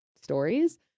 stories